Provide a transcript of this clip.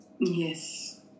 Yes